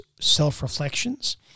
self-reflections